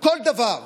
כל דבר.